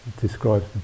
describes